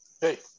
hey